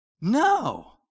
No